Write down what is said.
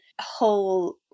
whole